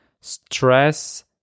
stress